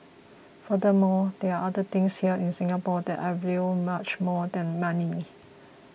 furthermore there are other things here in Singapore that I value much more than money